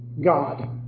God